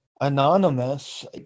anonymous